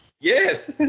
Yes